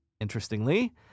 Interestingly